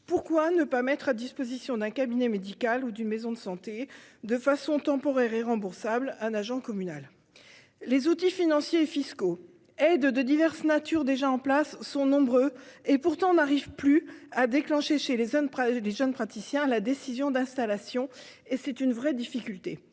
pourquoi ne pas mettre à disposition d'un cabinet médical ou d'une maison de santé, de façon temporaire et remboursable, un agent communal ? En dépit de leur nombre, les outils financiers et fiscaux, aides de diverses natures déjà en place, ne parviennent plus à déclencher chez les jeunes praticiens la décision d'installation. C'est une vraie difficulté